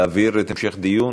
להעביר להמשך דיון,